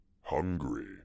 hungry